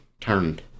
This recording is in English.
turned